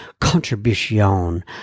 contribution